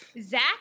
Zach